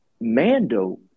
mando